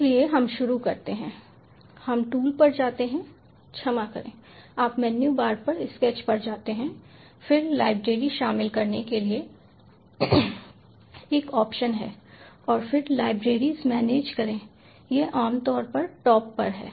इसलिए हम शुरू करते हैं हम टूल पर जाते हैं क्षमा करें आप मेनू बार पर स्केच पर जाते हैं फिर लाइब्रेरी शामिल करने के लिए एक ऑप्शन है और फिर लाइब्रेरीज मैनेज करें यह आमतौर पर टॉप पर है